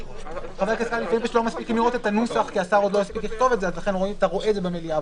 כי השר עוד לא הספיק לכתוב את זה ולכן אתה רואה את זה במליאה,